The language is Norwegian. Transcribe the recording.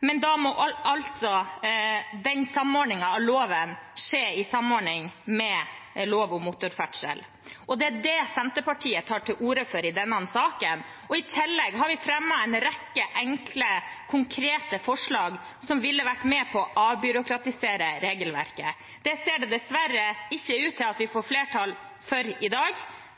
men da må dette skje i samordning med lov om motorferdsel. Det er det Senterpartiet tar til orde for i denne saken. I tillegg har vi fremmet en rekke enkle, konkrete forslag som ville vært med på å avbyråkratisere regelverket. Det ser det dessverre ikke ut til at vi får flertall for i dag.